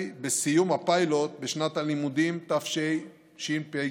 בסיום הפיילוט בשנת הלימודים תשפ"ג.